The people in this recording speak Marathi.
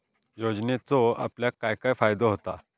योजनेचो आपल्याक काय काय फायदो होता?